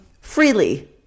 freely